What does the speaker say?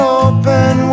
open